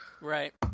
Right